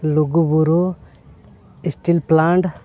Lugu Buru steel plant